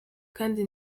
kandi